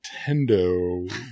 Nintendo